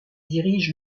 dirige